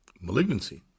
malignancy